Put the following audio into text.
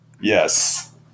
Yes